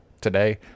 today